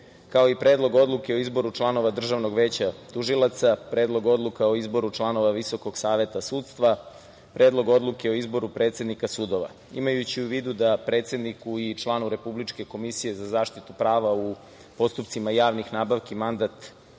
kao i Predlog odluke o izboru članova Državnog veća tužilaca, Predlog odluka o izboru članova Visokog saveta sudstva, Predlog odluke o izboru predsednika sudova. Imajući u vidu da predsedniku i članu Republičke komisije za zaštitu prava u postupcima javnih nabavki mandat